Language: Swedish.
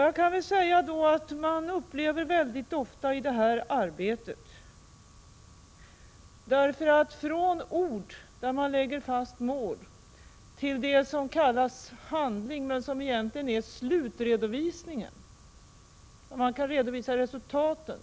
Jag kan säga att man i det här arbetet upplever väldigt ofta mycket grått vardagsarbete från ord, där man lägger fast mål, till det som kallas handling men som egentligen är slutredovisning av resultaten.